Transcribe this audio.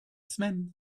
semaine